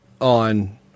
on